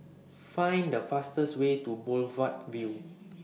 Find The fastest Way to Boulevard Vue